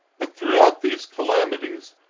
but throughout these calamities,